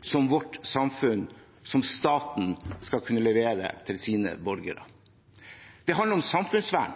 som vårt samfunn, som staten, skal kunne levere til sine borgere. Det handler om samfunnsvern,